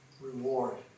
reward